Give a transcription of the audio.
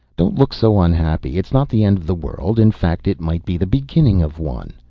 don't look so unhappy, it's not the end of the world. in fact, it might be the beginning of one.